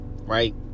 Right